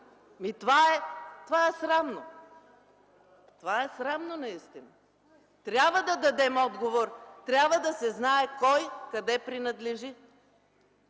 Това е срамно! Това е срамно наистина! Трябва да дадем отговор. Трябва да се знае кой къде принадлежи.